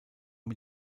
mit